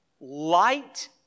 Light